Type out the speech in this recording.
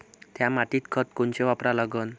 थ्या मातीत खतं कोनचे वापरा लागन?